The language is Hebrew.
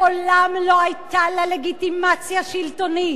מעולם לא היתה לה לגיטימציה שלטונית.